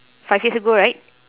five years ago right